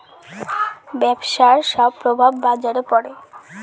ব্যবসার সব প্রভাব বাজারে পড়ে